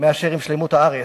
מאשר שלמות הארץ.